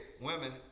women